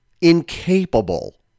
incapable